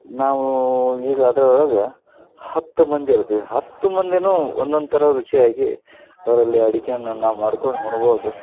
ನಾವು ಈಗ ಅದ್ರೊಳಗೆ ಹತ್ತು ಮಂದಿ ಇರ್ತೀವಿ ಹತ್ತು ಮಂದಿನೂ ಒಂದೊಂದು ಥರ ರುಚಿಯಾಗಿ ಅದರಲ್ಲಿ ಅಡುಗೆನ ನಾವು ಮಾಡಿಕೊಂಡು ಉಣ್ಬೋದು